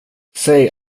säg